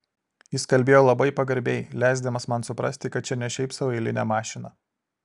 jis kalbėjo labai pagarbiai leisdamas man suprasti kad čia ne šiaip sau eilinė mašina